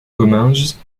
comminges